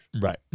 Right